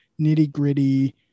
nitty-gritty